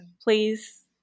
please